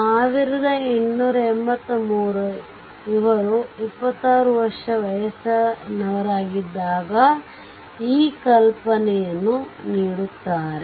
ಆದ್ದರಿಂದ 1883 ಅವರು 26 ವರ್ಷ ವಯಸ್ಸಿನವರಾಗಿದ್ದಾಗ ಈ ಪರಿಕಲ್ಪನೆಯನ್ನು ನೀಡುತ್ತಾರೆ